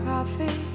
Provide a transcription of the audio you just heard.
Coffee